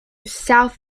south